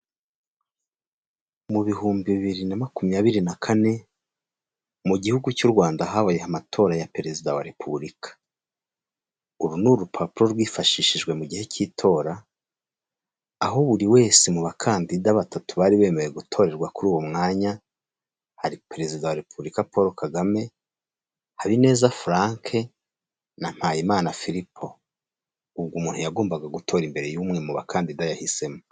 Mu bihumbi bibiri na makumyabiri na kane, mu gihugu cy'u Rwanda habaye amatora ya perezida wa Repubulika, uru ni urupapuro rwifashishijwe mu gihe cy'itora, aho buri wese mu bakandida batatu bari bemewe gutorerwa kuri uwo mwanya hari perezida wa Repubulika Paul Kagame, Habineza Furanke, na Mpayimana Firipo, ubwo umuntu yagombaga gutora imbere y'umwe mu bakandida yahisemo.